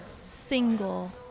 single